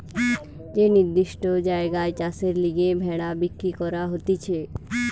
যে নির্দিষ্ট জায়গায় চাষের লিগে ভেড়া বিক্রি করা হতিছে